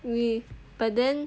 eh but then